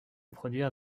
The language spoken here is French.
produire